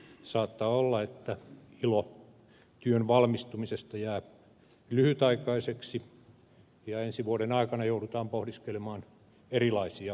saattaa olla että ilo työn valmistumisesta jää lyhytaikaiseksi ja ensi vuoden aikana joudutaan pohdiskelemaan erilaisia lukuja